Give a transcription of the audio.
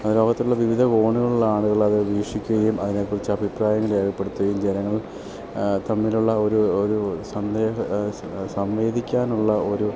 അത് ലോകത്തുള്ള വിവിധ കോണുകളിൽ ആളുകൾ അത് വീഷിക്കുകേം അതിനെക്കുറിച്ച് അഭിപ്രായങ്ങൾ രേഖപ്പെടുത്തുകേം ജനങ്ങൾ തമ്മിലുള്ള ഒരു ഒരു സംയോഗിക സമ്മോദിക്കാനുള്ള ഒരു